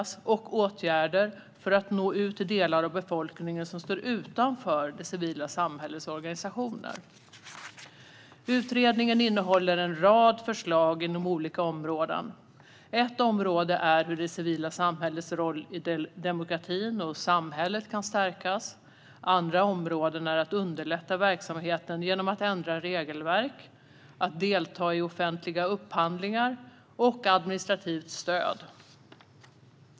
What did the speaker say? Utredningen skulle även föreslå åtgärder för hur man kan nå ut till delar av befolkningen som står utanför det civila samhällets organisationer. Utredningen innehåller en rad förslag inom olika områden. Ett område är hur det civila samhällets roll i demokratin och samhället kan stärkas. Andra områden är att underlätta verksamheten genom att ändra regelverk, delta i offentliga upphandlingar och ge administrativt stöd.